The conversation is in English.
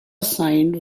signed